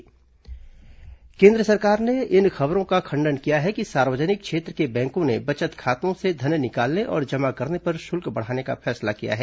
केन्द्र स्पष्टीकरण केन्द्र सरकार ने इन खबरों का खंडन किया है कि सार्वजनिक क्षेत्र के बैंकों ने बचत खातों से धन निकालने और जमा करने पर शुल्क बढ़ाने का फैसला किया है